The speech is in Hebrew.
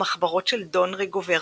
"המחברות של דון ריגוברטו".